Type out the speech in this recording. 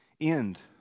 end